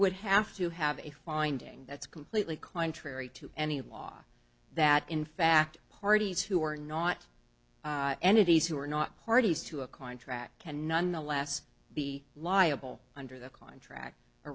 would have to have a finding that's completely contrary to any law that in fact parties who are not entities who are not parties to a contract can nonetheless be liable under the contract